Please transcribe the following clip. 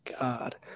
god